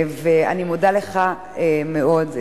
אני מודה לך מאוד,